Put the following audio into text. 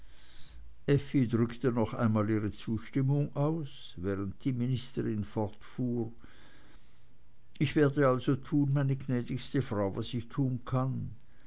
drückte noch einmal ihre zustimmung aus während die ministerin fortfuhr ich werde also tun meine gnädigste frau was ich tun kann